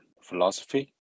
philosophy